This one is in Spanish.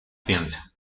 fianza